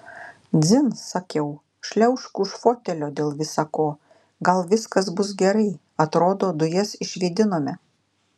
dzin sakiau šliaužk už fotelio dėl visa ko gal viskas bus gerai atrodo dujas išvėdinome